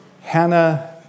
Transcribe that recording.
Hannah